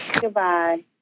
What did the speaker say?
Goodbye